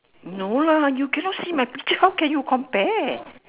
no lah you cannot see my picture how can you compare